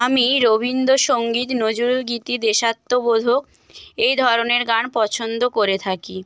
আমি রবীন্দ্রসঙ্গীত নজরুলগীতি দেশাত্মবোধক এই ধরনের গান পছন্দ করে থাকি